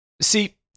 See